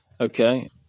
Okay